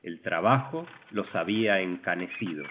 el trabajo los habia encanecido